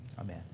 amen